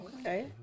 Okay